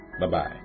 Bye-bye